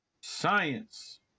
Science